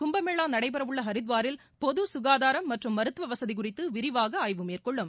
குப்பமேளா நடைபெறவுள்ள ஹரித்வாரில் பொது சுகாதாரம் மற்றும் மருத்துவ வசதி குறித்து விரிவாக ஆய்வு மேற்கொள்ளும்